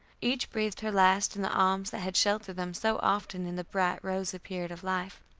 each breathed her last in the arms that had sheltered them so often in the bright rosy period of life.